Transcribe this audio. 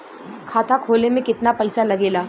खाता खोले में कितना पईसा लगेला?